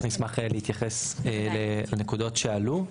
להתייחס לנקודות שעלו,